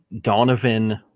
Donovan